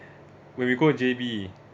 when we go J_B